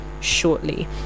shortly